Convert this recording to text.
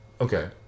Okay